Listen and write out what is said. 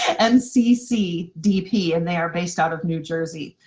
nccdp, and they are based out of new jersey.